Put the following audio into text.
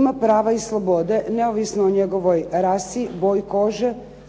ima prava i slobode neovisno o njegovoj rasi, boji kože, spolu,